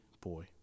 boy